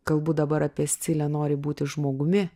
galbūt dabar apie scilę nori būti žmogumi